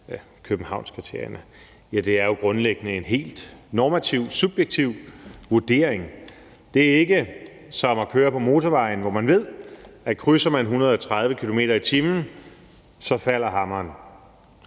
Københavnskriterierne? Ja, det er jo grundlæggende en helt normativ, subjektiv vurdering. Det er ikke som at køre på motorvejen, hvor man ved, at krydser man grænsen på 130 km/t., falder hammeren.